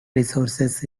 resources